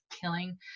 killing